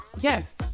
yes